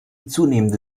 zunehmende